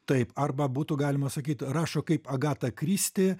taip arba būtų galima sakyt rašo kaip agata kristi